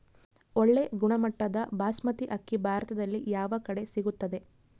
ಒಳ್ಳೆ ಗುಣಮಟ್ಟದ ಬಾಸ್ಮತಿ ಅಕ್ಕಿ ಭಾರತದಲ್ಲಿ ಯಾವ ಕಡೆ ಸಿಗುತ್ತದೆ?